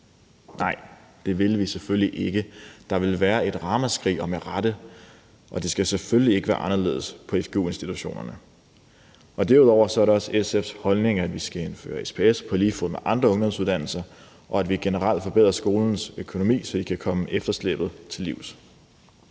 Nej, det ville vi selvfølgelig ikke. Der ville komme et ramaskrig og med rette, og det skal selvfølgelig ikke være anderledes på fgu-institutionerne. Derudover er det også SF's holdning, at vi skal indføre SPS på lige fod med på andre ungdomsuddannelser, og at vi generelt skal forbedre skolernes økonomi, så de kan komme efterslæbet til livs.